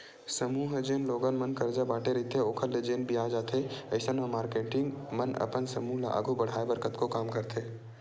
समूह ह जेन लोगन मन करजा बांटे रहिथे ओखर ले जेन बियाज आथे अइसन म मारकेटिंग मन अपन समूह ल आघू बड़हाय बर कतको काम करथे